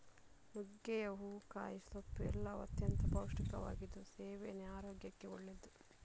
ನುಗ್ಗೆಯ ಹೂವು, ಕಾಯಿ, ಸೊಪ್ಪು ಎಲ್ಲವೂ ಅತ್ಯಂತ ಪೌಷ್ಟಿಕವಾಗಿದ್ದು ಸೇವನೆ ಆರೋಗ್ಯಕ್ಕೆ ಒಳ್ಳೆದ್ದು